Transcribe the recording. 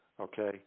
Okay